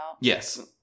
yes